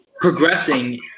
progressing